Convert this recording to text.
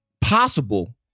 possible